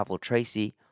Tracy